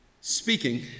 Speaking